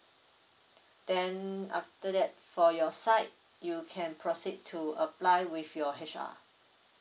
then after that for your side you can proceed to apply with your H_R